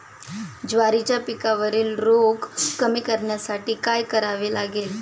ज्वारीच्या पिकावरील रोग कमी करण्यासाठी काय करावे लागेल?